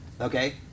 okay